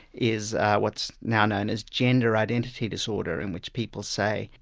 is what's now known as gender identity disorder, in which people say,